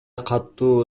катуу